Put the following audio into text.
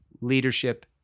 leadership